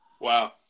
Wow